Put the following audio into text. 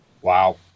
Wow